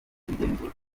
kubigenzura